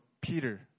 Peter